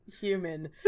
Human